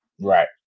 right